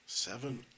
seven